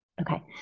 Okay